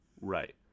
Right